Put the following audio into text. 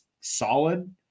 solid